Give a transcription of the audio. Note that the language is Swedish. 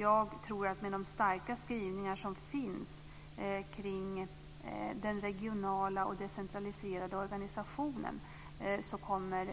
Jag tror att med de starka skrivningar som finns kring den regionala och decentraliserade organisationen kommer